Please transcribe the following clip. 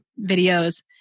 videos